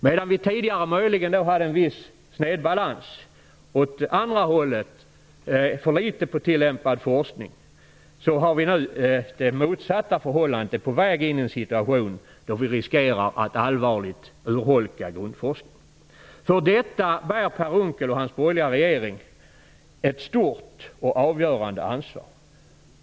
Medan det tidigare möjligen rådde en viss snedbalans åt det andra hållet, dvs. för litet tillämpad forskning, är förhållandet nu det motsatta, att vi är på väg in i en situation som riskerar att allvarligt urholka grundforskningen. För detta bär Per Unckel och hans tidigare borgerliga regering ett stort och avgörande ansvar.